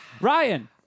Ryan